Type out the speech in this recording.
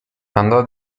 andò